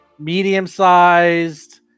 Medium-sized